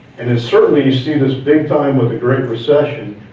and it certainly see this big time with the great recession.